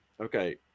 okay